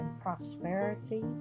prosperity